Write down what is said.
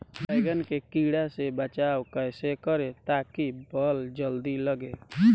बैंगन के कीड़ा से बचाव कैसे करे ता की फल जल्दी लगे?